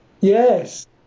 Yes